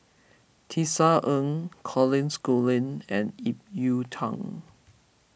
Tisa Ng Colin Schooling and Ip Yiu Tung